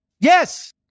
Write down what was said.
Yes